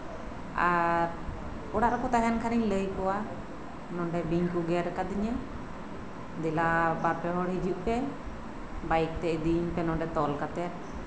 ᱟᱨ ᱚᱲᱟᱜ ᱨᱮᱠᱚ ᱛᱟᱦᱮᱸ ᱞᱮᱱᱠᱷᱟᱱ ᱞᱟᱹᱭ ᱟᱠᱚᱣᱟ ᱱᱚᱸᱰᱮ ᱵᱤᱧ ᱠᱚ ᱜᱮᱨ ᱟᱠᱫᱤᱧᱟ ᱫᱮᱞᱟ ᱵᱟᱨ ᱯᱮ ᱦᱚᱲ ᱦᱤᱡᱩᱜ ᱯᱮ ᱵᱟᱭᱤᱠ ᱛᱮ ᱤᱫᱤᱧ ᱯᱮ ᱛᱚᱞ ᱠᱟᱛᱮᱜ